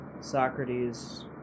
Socrates